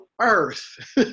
earth